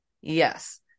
yes